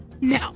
No